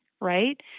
right